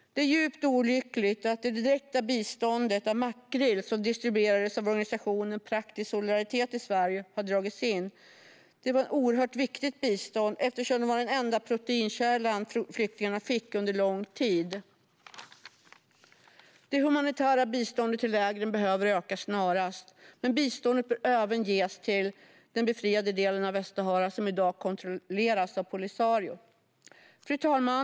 Det är djupt olyckligt att det direkta biståndet av makrill, som distribuerades av organisationen Praktisk Solidaritet i Sverige, har dragits in. Det var ett oerhört viktigt bistånd, eftersom det var den enda proteinkälla som flyktingarna fick under lång tid. Det humanitära biståndet till lägren behöver öka snarast. Men biståndet bör även ges till den befriade delen av Västsahara som i dag kontrolleras av Polisario. Fru talman!